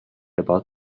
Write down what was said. about